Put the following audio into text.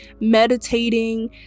meditating